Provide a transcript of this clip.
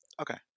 Okay